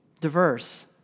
diverse